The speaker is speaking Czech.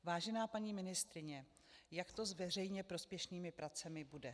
Vážená paní ministryně, jak to s veřejně prospěšnými pracemi bude?